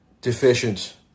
deficient